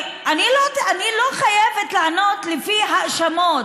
אני לא חייבת לענות לפי האשמות.